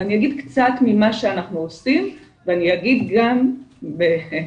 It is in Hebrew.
אני אגיד קצת ממה שאנחנו עושים ואני אגיד גם שאנחנו